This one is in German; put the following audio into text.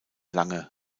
lange